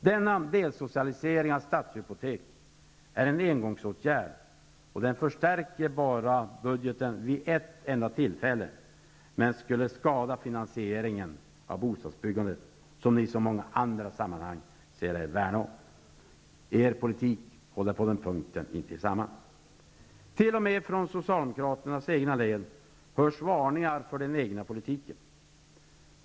Denna delsocialisering av Stadshypotek är en engångsåtgärd, och den förstärker budgeten endast vid ett enda tillfälle, men den skulle skada finansiering av bostadsbyggandet, som ni i så många andra sammanhang säger er värna om. Er politik håller på den punkten inte samman. T.o.m. från Socialdemokraternas egna led hörs varningar för den egna politiken.